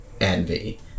Envy